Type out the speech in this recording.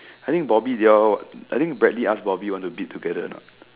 I think Bobby they all I think Bradley ask Bobby whether want to bid together or not